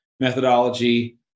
Methodology